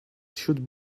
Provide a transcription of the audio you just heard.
should